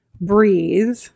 Breathe